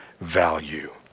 value